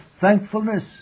thankfulness